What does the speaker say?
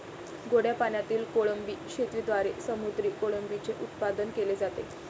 गोड्या पाण्यातील कोळंबी शेतीद्वारे समुद्री कोळंबीचे उत्पादन केले जाते